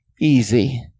easy